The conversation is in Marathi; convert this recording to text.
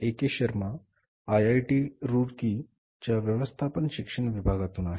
ए के शर्मा IIT Roorkee च्या व्यवस्थापन शिक्षण विभागातून आहे